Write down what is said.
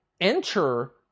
enter